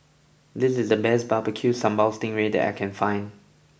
this is the best Barbecue Sambal Sting Ray that I can find